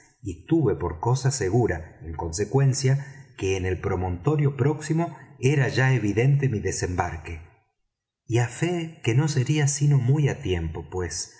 y tuve por cosa segura en consecuencia que en el promontorio próximo era ya evidente mi desembarque y á fe que no sería sino muy á tiempo pues